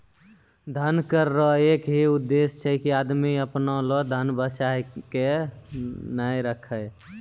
धन कर रो एक ही उद्देस छै की आदमी अपना लो धन बचाय के नै राखै